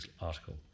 article